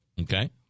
Okay